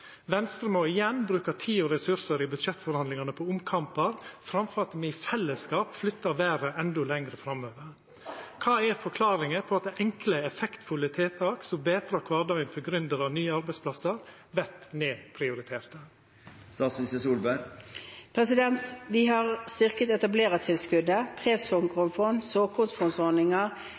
og ressursar i budsjettforhandlingane på omkampar framfor at me i fellesskap flyttar verda endå lenger framover. Kva er forklaringa på at enkle, effektfulle tiltak som betrar kvardagen for gründerar og nye arbeidsplassar, vert nedprioriterte? Vi har styrket etablerertilskuddet, pre-såkornfond, såkornfondordningen og innovasjonslån. Vi